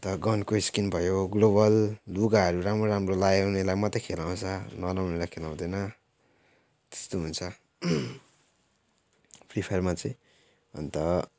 अन्त गनको स्किन भयो ग्लोवाल लुगाहरू राम्रो राम्रो लगायो उनीहरूलाई मात्रै खेलाउँछ नलगाउनेलाई खेलाउँदैन त्यस्तो हुन्छ फ्री फायरमा चाहिँ अन्त